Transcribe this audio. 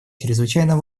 чрезвычайно